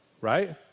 right